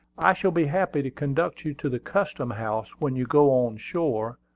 i shall be happy to conduct you to the custom-house when you go on shore,